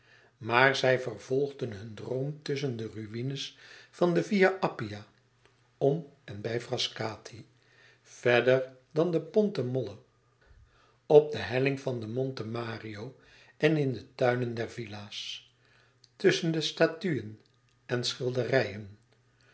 maar zij vervolgden hun droom tusschen de ruïnes van de via appia om en bij frascati verder dan de ponte molle op de helling van de monte mario en in de tuinen der villa's tusschen de statuen en schilderijen